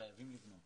חייבים לבנות